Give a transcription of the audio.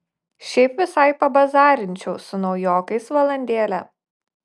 šiaip visai pabazarinčiau su naujokais valandėlę